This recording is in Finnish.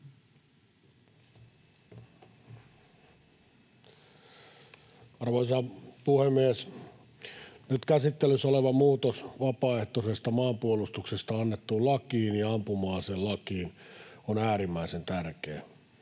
Arvoisa puhemies! Nyt käsittelyssä oleva muutos vapaaehtoisesta maanpuolustuksesta annettuun lakiin ja ampuma-aselakiin on äärimmäisen tärkeä.